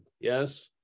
Yes